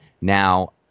Now